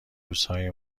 روزهای